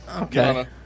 Okay